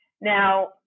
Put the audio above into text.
Now